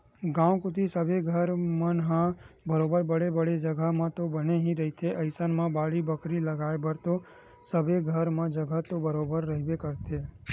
गाँव कोती सबे घर मन ह बरोबर बड़े बड़े जघा म तो बने ही रहिथे अइसन म बाड़ी बखरी लगाय बर तो सबे घर म जघा तो बरोबर रहिबे करथे